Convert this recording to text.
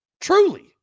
Truly